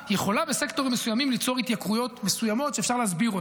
בסקטורים מסוימים המלחמה יכולה ליצור התייקרויות מסוימות שאפשר להסביר.